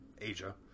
Asia